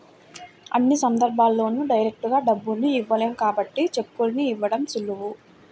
అన్ని సందర్భాల్లోనూ డైరెక్టుగా డబ్బుల్ని ఇవ్వలేం కాబట్టి చెక్కుల్ని ఇవ్వడం సులువు